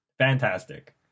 Fantastic